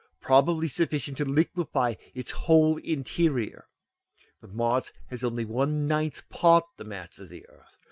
probably sufficient to liquefy its whole interior but mars has only one-ninth part the mass of the earth,